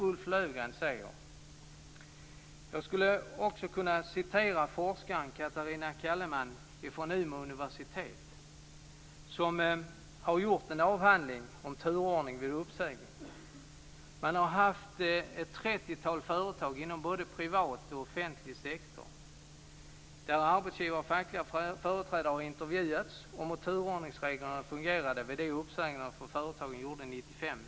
Det är vad Jag skulle också kunna citera forskaren Catharina Calleman från Umeå universitet som har gjort en avhandling om turordning vid uppsägning. I ett trettiotal företag inom både privat och offentlig sektor har arbetsgivare och fackliga företrädare intervjuats om hur turordningsreglerna fungerade vid de uppsägningar som företagen gjorde 1995.